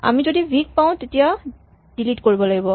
আমি যদি ভি ক পাওঁ তেতিয়া ডিলিট কৰিব লাগিব